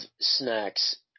snacks